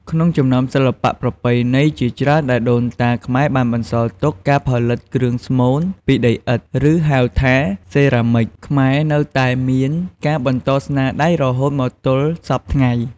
ក្នុងចំណោមសិល្បៈប្រពៃណីជាច្រើនដែលដូនតាខ្មែរបានបន្សល់ទុក ការផលិតគ្រឿងស្មូនពីដីឥដ្ឋ ឬហៅថា សេរ៉ាមិចខ្មែរនៅតែមានការបន្តស្នាដៃររហូតមកទល់សព្វថ្ងៃ។